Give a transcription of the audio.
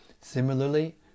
Similarly